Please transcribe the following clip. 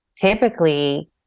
typically